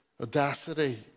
audacity